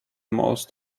most